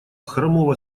хромого